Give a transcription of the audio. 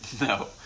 No